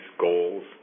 goals